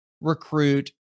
recruit